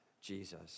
Jesus